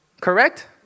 Correct